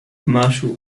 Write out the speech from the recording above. commercial